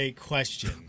question